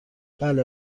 بله